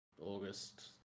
August